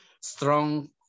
strong